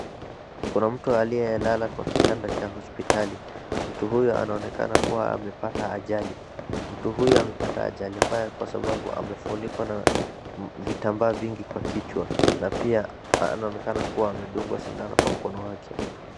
Kuna mtu aliyelala kwa kitanda cha hospitali, mtu huyu anaonekana kuwa amepata ajali. Mtu huyu amepata ajali mbaya kwa sababu amefunikwa na vitambaa vingi kwa kichwa na pia anaonekana kuwa amedungwa sindano kwa mkono wake.